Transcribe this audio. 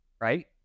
right